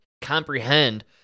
comprehend